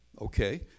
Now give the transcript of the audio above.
Okay